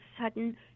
sudden